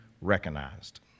recognized